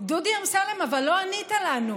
דודי אמסלם, אבל לא ענית לנו.